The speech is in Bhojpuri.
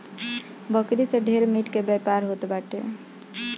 बकरी से ढेर मीट के व्यापार होत बाटे